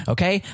Okay